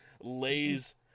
lays